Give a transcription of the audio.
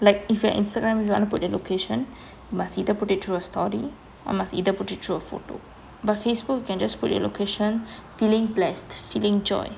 like if your instagram you wanna put your location must either put it through a story or must either put it through a photo but facebook can just put your location feeling blessed feeling joy